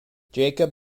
jacob